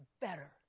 better